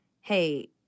hey